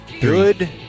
Good